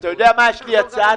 יש לי הצעה.